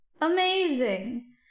Amazing